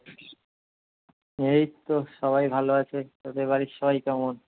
এই তো সবাই ভালো আছে তোদের বাড়ির সবাই কেমন